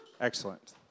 Excellent